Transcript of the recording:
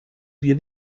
wir